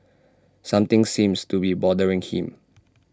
something seems to be bothering him